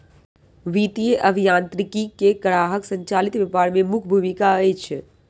वित्तीय अभियांत्रिकी के ग्राहक संचालित व्यापार में मुख्य भूमिका अछि